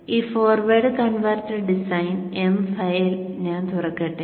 ഈ forward converter design M file ഞാൻ തുറക്കട്ടെ